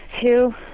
two